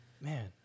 Man